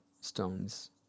stones